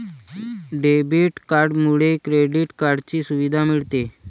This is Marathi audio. डेबिट कार्डमुळे क्रेडिट कार्डची सुविधा मिळते